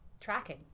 tracking